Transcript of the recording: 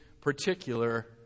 particular